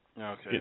Okay